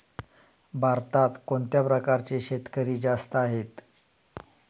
भारतात कोणत्या प्रकारचे शेतकरी जास्त आहेत?